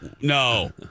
No